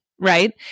right